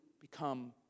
become